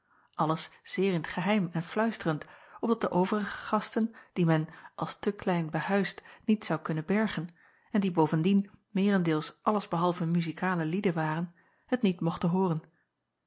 alles zeer in t geheim en fluisterend opdat de overige gasten die men als te klein behuisd niet zou kunnen bergen en die bovendien meerendeels alles behalve muzikale lieden waren het niet mochten hooren